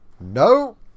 No